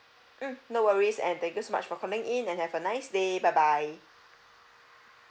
mm no worries and thank you so much for calling in and have a nice day bye bye